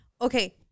okay